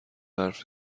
برف